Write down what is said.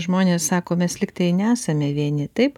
žmonės sako mes lygtai nesame vieni taip